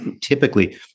typically